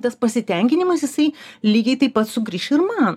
tas pasitenkinimas jisai lygiai taip pat sugrįš ir man